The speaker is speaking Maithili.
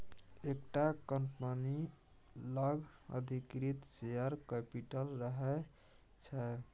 एकटा कंपनी लग अधिकृत शेयर कैपिटल रहय छै